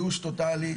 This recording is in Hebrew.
ייאוש טוטאלי,